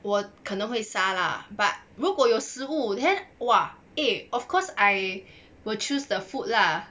我可能会杀 lah but 如果有食物 then !wah! eh of course I will choose the food lah